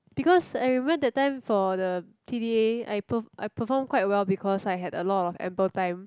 because I remember that time for the t_d_s I perf~ I perform quite well because I had a lot of ample time